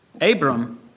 Abram